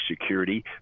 security